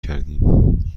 کردیم